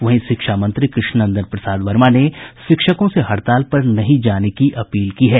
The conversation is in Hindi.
वहीं शिक्षा मंत्री कृष्ण नंदन प्रसाद वर्मा ने शिक्षकों से हड़ताल पर नहीं जाने की अपील की है